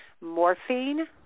morphine